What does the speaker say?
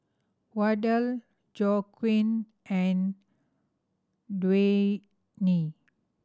Wardell Joaquin and Dwayne